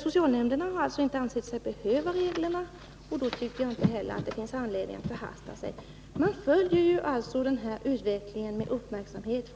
Socialnämnderna har alltså inte ansett sig behöva dessa regler, och då finns det inte heller någon anledning att förhasta sig. Socialberedningen följer utvecklingen med uppmärksamhet,